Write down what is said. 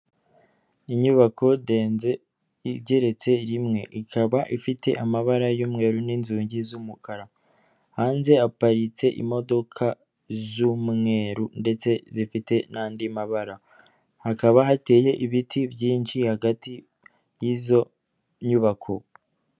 Inyubako ndende igeretse rimwe ikaba ifite amabara y'umweru n'inzugi z'umukara hanze haparitse imodoka z'umweru ndetse zifite n'andi mabara hakaba hateye ibiti byinshi hagati y'izo nyubako.